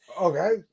okay